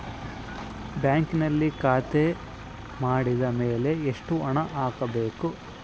ಬ್ಯಾಂಕಿನಲ್ಲಿ ಖಾತೆ ಮಾಡಿದ ಮೇಲೆ ಎಷ್ಟು ಹಣ ಹಾಕಬೇಕು?